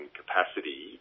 capacity